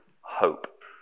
hope